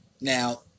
now